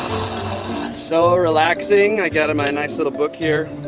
so relaxing. i got a my nice little book here.